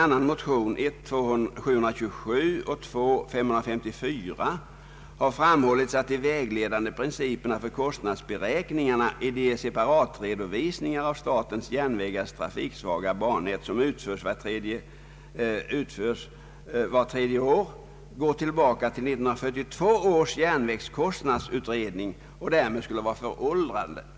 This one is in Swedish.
I motionerna I: 727 och II:554 framhålls att de vägledande principerna för kostnadsberäkningarna i de separatredovisningar av statens järnvägars trafiksvaga bannät som utförs vart tredje år går tillbaka till 1942 års järnvägskostnadsutredning och därmed skulle vara föråldrade.